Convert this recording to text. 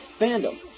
Fandom